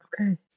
okay